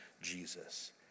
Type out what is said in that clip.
Jesus